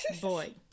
boy